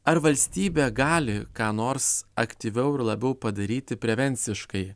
ar valstybė gali ką nors aktyviau ir labiau padaryti prevenciškai